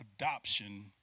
adoption